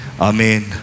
Amen